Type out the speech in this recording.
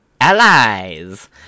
allies